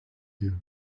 you